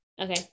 Okay